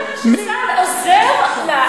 לא מאמינה שצה"ל עוזר לה,